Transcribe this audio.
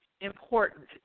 important